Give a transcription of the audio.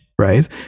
Right